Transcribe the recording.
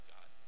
God